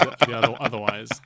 otherwise